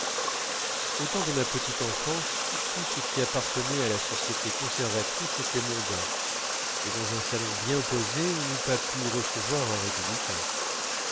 temps de ma petite enfance tout ce qui appartenait à la société conservatrice était mondain et dans un salon bien posé on n'eût pas pu recevoir un républicain